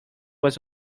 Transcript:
was